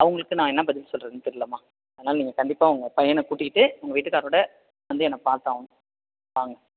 அவங்களுக்கு நான் என்ன பதில் சொல்லுறதுன்னு தெர்லம்மா அதனால நீங்கள் கண்டிப்பாக உங்கள் பையனை கூட்டிக்கிட்டு உங்கள் வீட்டுக்காரோட வந்து என்னை பார்த்தாகணும் வாங்க